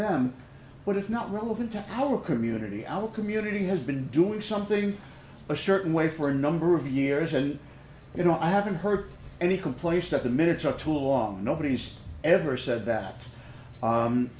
them but it's not relevant to our community our community has been doing something a certain way for a number of years and you know i haven't heard any complaints that the minutes are too long nobody's ever said that